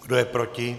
Kdo je proti?